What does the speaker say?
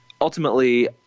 ultimately